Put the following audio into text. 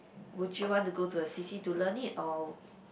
would you want to go to a C_C to learn it or